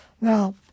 Now